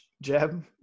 Jeb